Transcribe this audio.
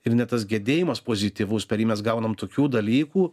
ir net tas gedėjimas pozityvus per jį mes gaunam tokių dalykų